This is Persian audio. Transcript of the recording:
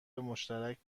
مشترک